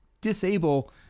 disable